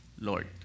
Lord